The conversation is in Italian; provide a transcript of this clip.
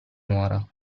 nuora